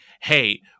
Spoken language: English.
hey